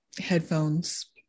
headphones